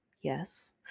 yes